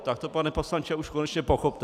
Tak to, pane poslanče, už konečně pochopte.